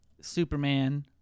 Superman